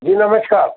जी नमस्कार